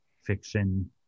fiction